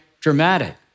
dramatic